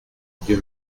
dieu